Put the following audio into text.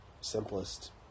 simplest